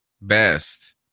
best